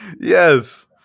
Yes